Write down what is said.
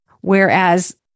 Whereas